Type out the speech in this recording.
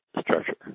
Structure